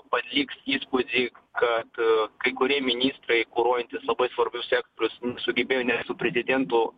paliks įspūdį kad kai kurie ministrai kuruojantys labai svarbius sektorius nesugebėjo net su prezidentu